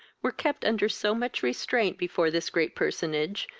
were kept under so much restraint before this great personage,